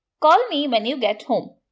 call me when you get home.